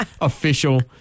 official